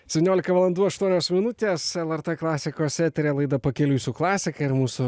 septyniolika valandų aštuonios minutės lrt klasikos eteryje laida pakeliui su klasika ir mūsų